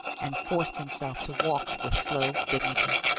and forced himself to walk with slow dignity.